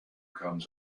comes